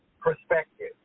perspective